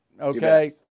Okay